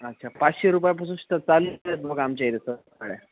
अच्छा पाचशे रुपयापासून स्टा चालू आहेत बघा आमच्या इथं साड्या